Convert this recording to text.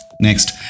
Next